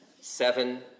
seven